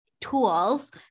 tools